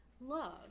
love